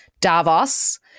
Davos